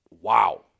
wow